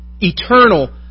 eternal